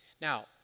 Now